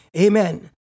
amen